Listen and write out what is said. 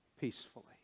peacefully